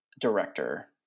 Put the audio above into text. director